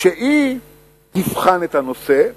שתבחן את הנושא.